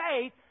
faith